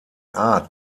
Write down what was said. art